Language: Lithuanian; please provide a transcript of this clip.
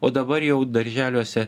o dabar jau darželiuose